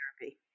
therapy